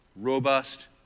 robust